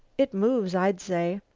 it moves, i'd say.